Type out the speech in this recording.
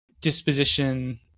disposition